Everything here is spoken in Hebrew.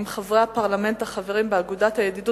עם חברי הפרלמנט החברים באגודת הידידות